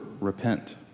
repent